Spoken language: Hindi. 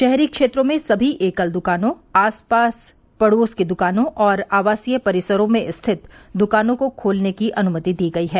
शहरी क्षेत्रों में सभी एकल दुकानों आस पड़ोस की दुकानों और आवासीय परिसरों में स्थित दुकानों को खोलने की अनुमति दी गई है